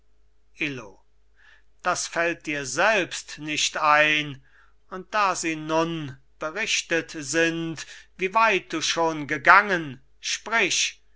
illo das fällt dir selbst nicht ein und da sie nun berichtet sind wie weit du schon gegangen sprich